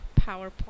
PowerPoint